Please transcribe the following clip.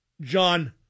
John